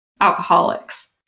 alcoholics